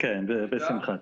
(מוצגת מצגת) בשמחה.